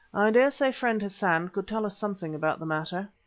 dare say friend hassan could tell us something about the matter.